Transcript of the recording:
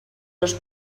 dos